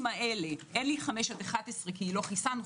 האלה אין לי 5 עד 11 כי לא חיסנו,